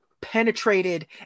penetrated